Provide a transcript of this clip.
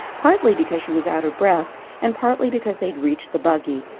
partly because she was out of breath and partly because they had reached the buggy.